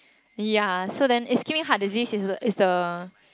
ya so then ischemic heart disease is a is a